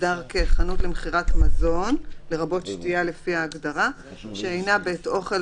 חנות למכירת מזון שאינה בית אוכל,